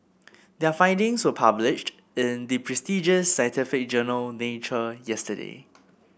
their findings were published in the prestigious scientific journal Nature yesterday